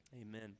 amen